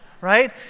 Right